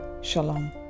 Shalom